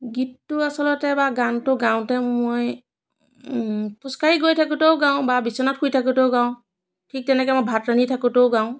গীতটো আচলতে বা গানটো গাওঁতে মই খোজকাঢ়ি গৈ থাকোঁতেও গাওঁ বা বিছনাত শুই থাকোঁতেও গাওঁ ঠিক তেনেকৈ মই ভাত ৰান্ধি থাকোঁতেও গাওঁ